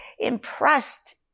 Impressed